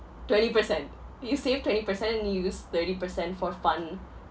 twenty percent you save twenty percent you use thirty percent for fun